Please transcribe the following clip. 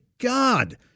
God